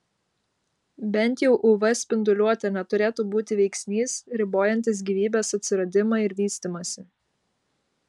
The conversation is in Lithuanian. bent jau uv spinduliuotė neturėtų būti veiksnys ribojantis gyvybės atsiradimą ir vystymąsi